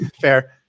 Fair